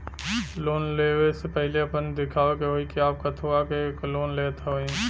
Loan ले वे से पहिले आपन दिखावे के होई कि आप कथुआ के लिए लोन लेत हईन?